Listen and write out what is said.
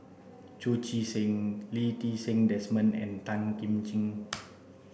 Chu Chee Seng Lee Ti Seng Desmond and Tan Kim Ching